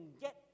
get